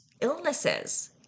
illnesses